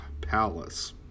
palace